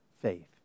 faith